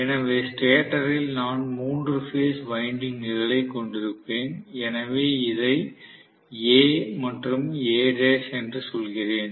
எனவே ஸ்டேட்டரில் நான் மூன்று பேஸ் வைண்டிங்க்குகளை கொண்டிருப்பேன் எனவே இதை A மற்றும் A' என்று சொல்கிறேன்